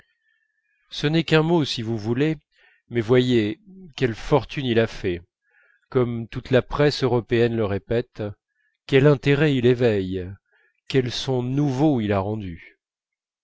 ce n'est qu'un mot si vous voulez mais voyez quelle fortune il a faite comme toute la presse européenne le répète quel intérêt il éveille quel son nouveau il a rendu